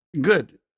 Good